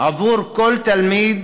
עבור כל תלמיד,